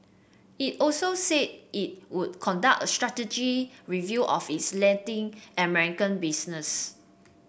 it also said it would conduct a strategic review of its Latin American business